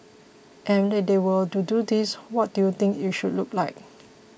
and if they were to do this what do you think it should look like